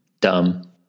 Dumb